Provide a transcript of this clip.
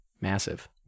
Massive